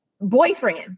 boyfriend